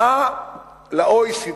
בהשוואה ל-OECD.